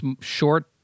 short